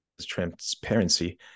transparency